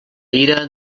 ira